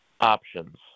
options